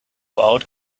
old